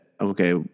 Okay